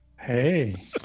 hey